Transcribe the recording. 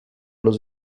los